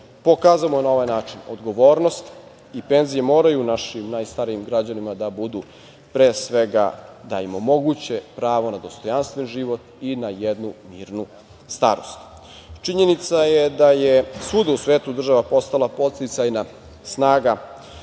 i na ovaj način odgovornost i penzije moraju našim najstarijim građanima da im, pre svega, omoguće pravo na dostojanstven život i na jednu mirnu starost. Činjenica je da je svuda u svetu država postala podsticajna snaga